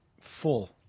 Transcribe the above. full